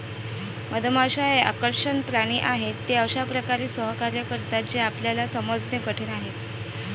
मधमाश्या हे आकर्षक प्राणी आहेत, ते अशा प्रकारे सहकार्य करतात जे आपल्याला समजणे कठीण आहे